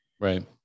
Right